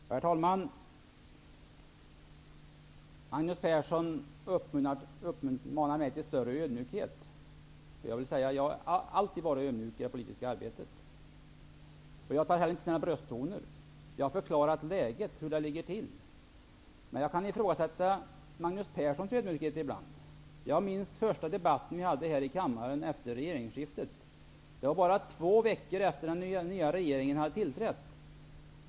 Herr talman! Magnus Persson uppmanar mig till större ödmjukhet. Jag har alltid varit ödmjuk i det politiska arbetet. Jag tar heller inte till några brösttoner. Jag har förklarat läget, hur det ligger till. Jag kan däremot ibland ifrågasätta Magnus Perssons ödmjukhet. Jag minns den första debatten som vi förde här i kammaren efter regeringsskiftet. Det vara bara två veckor efter det att den nya regeringen hade tillträtt.